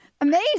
amazing